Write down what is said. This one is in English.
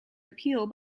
appeal